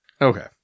Okay